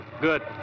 Good